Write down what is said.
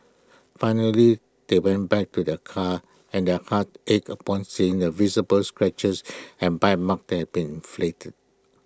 finally they went back to their car and their hearts ached upon seeing the visible scratches and bite marks that had been flitted